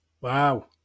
Wow